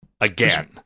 again